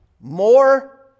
more